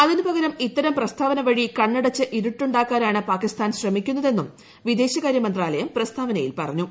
അതിനു പകരം ഇത്തരം പ്രസ്താവന വഴി കണ്ണടച്ച് ഇരുട്ടുണ്ടാക്കാനാണ് പാകിസ്ഥാൻ ശ്രമിക്കുന്നതെന്നും വിദേശകാര്യമന്ത്രാല്ലയ്ക് പ്രസ്താവനയിൽ പറഞ്ഞു